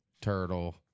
Turtle